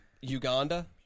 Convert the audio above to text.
Uganda